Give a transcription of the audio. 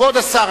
כבוד השר,